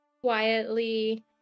quietly